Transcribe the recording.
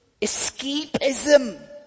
escapism